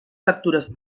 factures